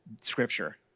scripture